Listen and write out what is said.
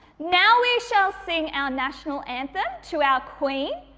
now, we shall sing our national anthem to our queen,